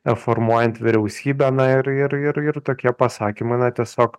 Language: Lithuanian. reformuojant vyriausybę na ir ir ir ir tokie pasakymai na tiesiog